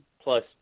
plus